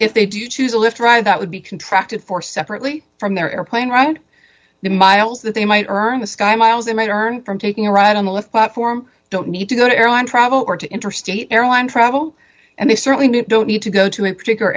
if they do choose a lift ride that would be contract for separately from their airplane round the miles that they might earn the sky miles they may turn from taking a ride on the left platform don't need to go to airline travel or to interstate airline travel and they certainly don't need to go to a particular